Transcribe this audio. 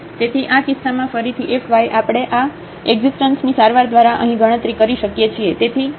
તેથી આ કિસ્સામાં ફરીથી f y આપણે આxકંટિન્સની સારવાર દ્વારા અહીં ગણતરી કરી શકીએ છીએ